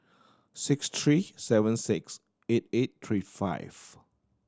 six three seven six eight eight three five